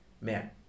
man